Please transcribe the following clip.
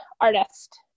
artist